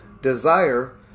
desire